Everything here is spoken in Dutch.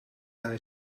hij